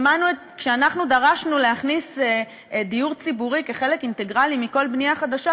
כשאנחנו דרשנו להכניס דיור ציבורי כחלק אינטגרלי מכל בנייה חדשה,